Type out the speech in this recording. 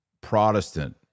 Protestant